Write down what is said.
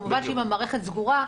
כמובן שאם המערכת סגורה,